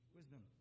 Wisdom